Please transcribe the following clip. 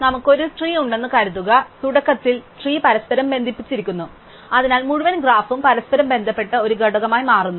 നമുക്ക് ഒരു ട്രീ ഉണ്ടെന്ന് കരുതുക തുടക്കത്തിൽ ട്രീ പരസ്പരം ബന്ധിപ്പിച്ചിരിക്കുന്നു അതിനാൽ മുഴുവൻ ഗ്രാഫും പരസ്പരം ബന്ധപ്പെട്ട ഒരു ഘടകമായി മാറുന്നു